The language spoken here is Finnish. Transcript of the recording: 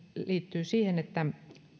liittyy siihen että